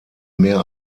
mehr